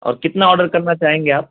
اور کتنا آڈر کرنا چاہیں گے آپ